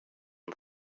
you